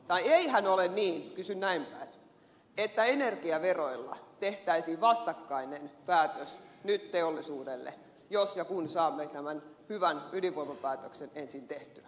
eihän ole niin että energiaveroilla tehtäisiin nyt vastakkainen päätös teollisuudelle jos ja kun saamme tämän hyvän ydinvoimapäätöksen ensin tehtyä